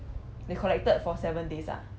they collected for seven days ah